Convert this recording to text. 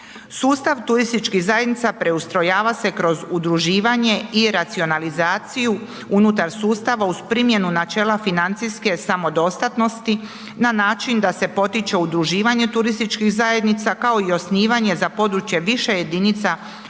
Sustav turističkih zajednica preustrojava se kroz udruživanja i racionalizaciju unutar sustava uz primjenu načela financijske samodostatnosti na način da se potiče udruživanje turističkih zajednica kao i osnivanje za područje više jedinica